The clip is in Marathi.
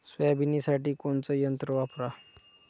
सोयाबीनसाठी कोनचं यंत्र वापरा?